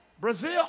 Brazil